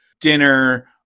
dinner